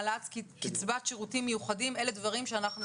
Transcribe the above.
העלאת קצבת שירותים מיוחדים אלה דברים שאנחנו